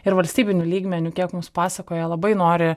ir valstybiniu lygmeniu kiek mums pasakoja labai nori